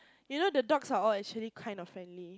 you know the dogs are all actually kind of friendly